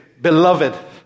beloved